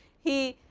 he